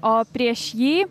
o prieš jį